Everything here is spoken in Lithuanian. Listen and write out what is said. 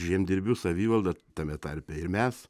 žemdirbių savivalda tame tarpe ir mes